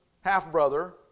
half-brother